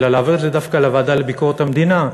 אלא להעביר את זה דווקא לוועדה לביקורת המדינה.